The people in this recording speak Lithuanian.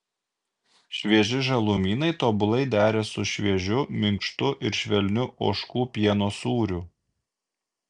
švieži žalumynai tobulai dera su šviežiu minkštu ir švelniu ožkų pieno sūriu